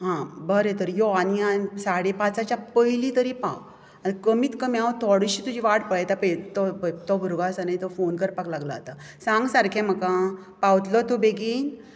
हां बंरे तर यो आनी साडे पांचाच्या पयलीं तरी पाव आनी कमीत कमी हांव थोडीशी तुजी वायट पळेतां पळय तो भुरगो आसा पळय तो फोन करपाक लागला आतां सांग सारकें म्हाका पावतलो तूं बेगीन